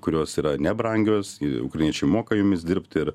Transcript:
kurios yra nebrangios ir ukrainiečiai moka jomis dirbt ir